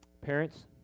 Parents